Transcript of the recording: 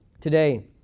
Today